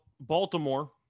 Baltimore